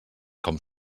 com